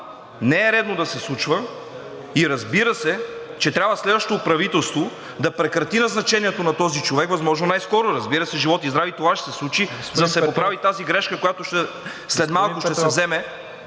не е редно да се случва. И разбира се, че трябва следващото правителство да прекрати назначението на този човек възможно най-скоро. Разбира се, живот и здраве, и това ще се случи, за да се поправи тази грешка, която след малко ще се вземе…